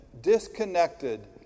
disconnected